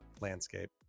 landscape